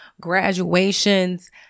graduations